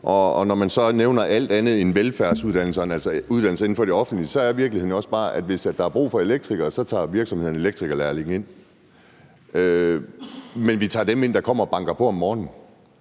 uddannelser inden for det offentlige, så er virkeligheden jo også bare, at hvis der er brug for elektrikere, tager virksomhederne elektrikerlærlinge ind. Men vi tager dem ind, der kommer og banker på om morgenen.